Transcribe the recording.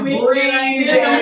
breathe